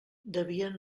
devien